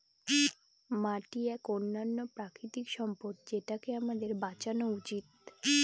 মাটি এক অনন্য প্রাকৃতিক সম্পদ যেটাকে আমাদের বাঁচানো উচিত